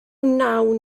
wnawn